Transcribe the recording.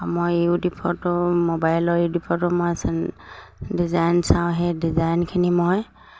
মই ইউটিউবতো মোবাইলৰ ইউটিউবতো মই ডিজাইন চাওঁ সেই ডিজাইনখিনি মই